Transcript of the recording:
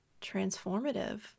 transformative